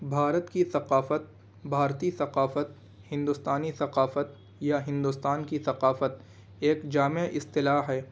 بھارت کی ثقافت بھارتی ثقافت ہندوستانی ثقافت یا ہندوستان کی ثقافت ایک جامع اصطلاح ہے